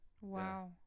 wow